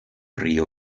río